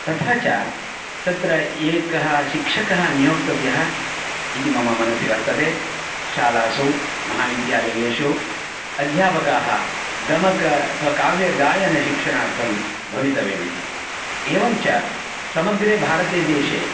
तथा च तत्र एकः शिक्षकः नियोक्तव्यः इति मम मनसि वर्तते शालासु महाविद्यालयेषु अध्यापकाः गमक अथवा काव्यगायनशिक्षणार्थं भवितव्यम् इति एवञ्च समग्रे भारतदेशे